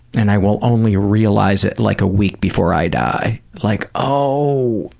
and i will only realize it like a week before i die, like, oh,